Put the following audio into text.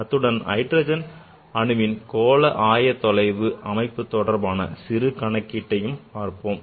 அத்துடன் ஹைட்ரஜன் அணுவின் கோள ஆயத்தொலைவு அமைப்பு தொடர்பான சிறு கணக்கீட்டையும் காண்போம்